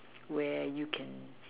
where you can